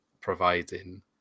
providing